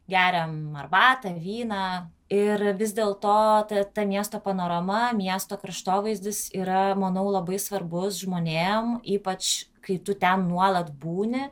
geriam arbatą vyną ir vis dėl to ta miesto panorama miesto kraštovaizdis yra manau labai svarbus žmonėm ypač kai tu ten nuolat būni